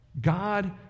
God